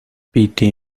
piti